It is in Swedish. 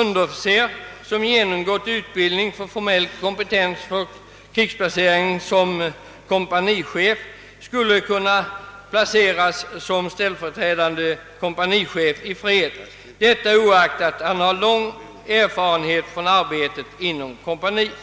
underofficer som genomgått utbildning för formell kompetens för krigsplacering som kompanichef skulle kunna placeras som ställföreträdande kompanichef i fred, detta oaktat han har lång erfarenhet av arbete inom kompaniet.